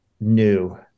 new